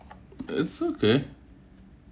it's okay